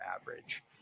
average